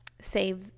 save